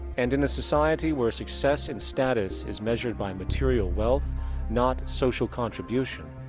and in a society where success and status is measured by material wealth not social contribution.